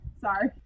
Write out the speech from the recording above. Sorry